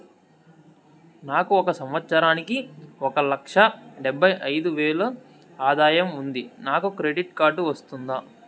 నాకు ఒక సంవత్సరానికి ఒక లక్ష డెబ్బై అయిదు వేలు ఆదాయం ఉంది నాకు క్రెడిట్ కార్డు వస్తుందా?